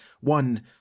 One